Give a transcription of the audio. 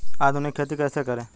आधुनिक खेती कैसे करें?